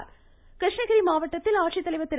இருவரி கிருஷ்ணகிரி மாவட்டத்தில் ஆட்சித்தலைவர் திரு